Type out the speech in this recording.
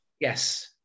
Yes